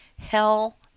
Hell